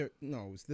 No